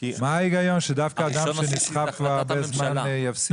מה ההיגיון שדווקא אדם שנסחב כבר הרבה זמן יפסיד?